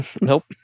Nope